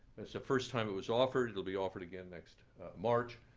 was the first time it was offered. it will be offered again next march.